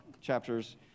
chapters